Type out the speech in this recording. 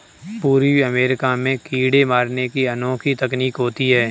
पूर्वी अमेरिका में कीड़े मारने की अनोखी तकनीक होती है